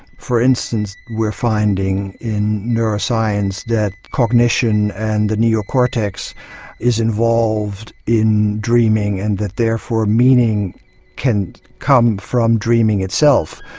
for instance we're finding in neuroscience that cognition and the neocortex is involved in dreaming and that therefore meaning can come from dreaming itself.